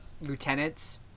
lieutenants